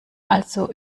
also